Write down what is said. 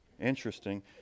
Interesting